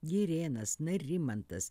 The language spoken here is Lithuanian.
girėnas narimantas